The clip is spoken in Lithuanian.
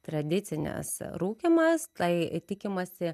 tradicinis rūkymas tai tikimasi